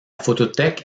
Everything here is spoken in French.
photothèque